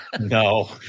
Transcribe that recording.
No